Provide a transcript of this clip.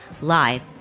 live